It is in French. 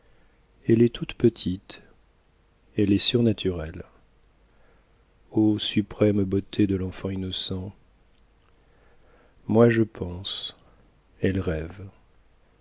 elle est toute petite elle est surnaturelle ô suprême beauté de l'enfant innocent moi je pense elle rêve